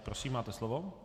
Prosím, máte slovo.